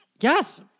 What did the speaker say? Yes